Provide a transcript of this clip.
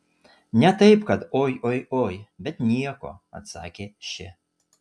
ne taip kad oi oi oi bet nieko atsakė ši